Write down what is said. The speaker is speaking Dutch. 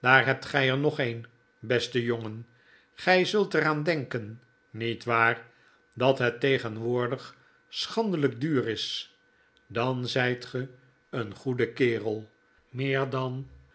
daar hebt gtj er nog een beste jongen gjj zult er aan denken niet waar dat het tegenwoordig schandelp duur is dan zp ge een goede kerel meer dan